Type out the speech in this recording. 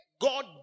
God